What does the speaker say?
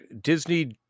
disney